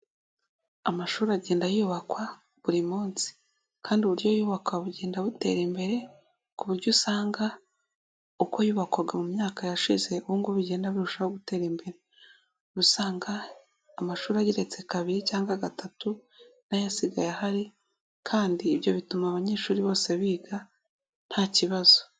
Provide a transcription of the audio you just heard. Amashuri agenda yubakwa buri munsi kandi uburyo yubaka bugenda butera imbere ku buryo usanga uko yubakwaga mu myaka yashize ubu ngubu bigenda burushaho gutera imbere, usanga amashuri ageretse kabiri cyangwa gatatu n'ayo asigaye ahari kandi ibyo bituma abanyeshuri bose biga nta kibazo.